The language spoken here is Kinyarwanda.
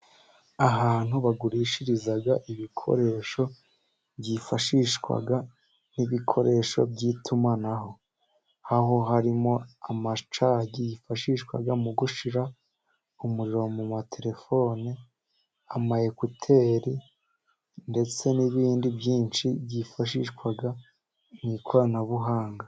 Ahantu bagurishiriza ibikoresho byifashishwa nk'ibikoresho by'itumanaho, aho harimo amacagi yifashishwa mu gushyira umuriro mu materefoni, ama ekuteri, ndetse n'ibindi byinshi byifashishwa mu ikoranabuhanga.